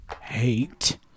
hate